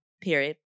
Period